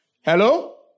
Hello